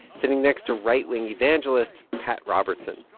sitting next to right-wing evangelist pat robertson,